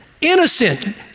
innocent